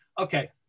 okay